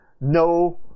no